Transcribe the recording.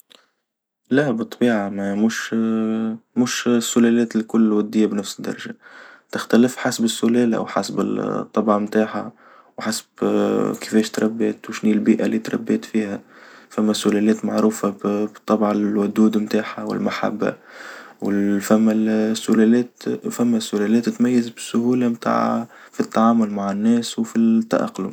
لا بالطبيعة مش مش السلالات الكل ودية بنفس الدرجة، تختلف حسب السلالة وحسب الطابع متاعها وحسب كفاش تربت وشني البيئة اللي تربيت فيها، فما سلالات معروفة بالطابع الودود متاعها والمحبة، وفما السلالات وفما سلالات تتميز بالسهولة متاع التعامل مع الناس وفي التأقلم.